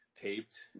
taped